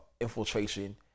infiltration